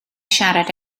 siarad